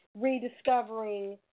rediscovering